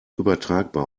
übertragbar